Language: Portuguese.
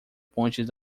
pontes